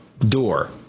door